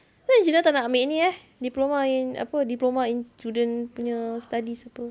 kenapa angelina tak nak ambil ini eh diploma in apa diploma in children punya studies apa